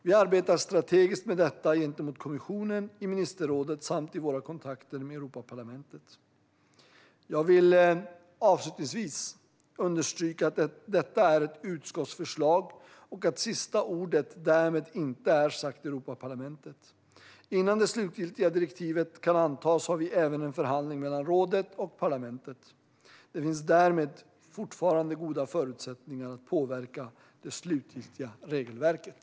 Vi arbetar strategiskt med detta gentemot kommissionen, i ministerrådet samt i våra kontakter med Europaparlamentet. Jag vill avslutningsvis understryka att detta är ett utskottsförslag och att sista ordet därmed inte är sagt i Europaparlamentet. Innan det slutliga direktivet kan antas har vi även en förhandling mellan rådet och parlamentet. Det finns därmed fortfarande goda förutsättningar att påverka det slutliga regelverket.